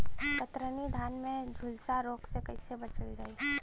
कतरनी धान में झुलसा रोग से कइसे बचल जाई?